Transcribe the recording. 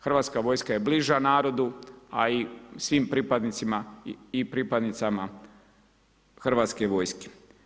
Hrvatska vojska je bliža narodu, a i svim pripadnicima i pripadnicama Hrvatske vojske.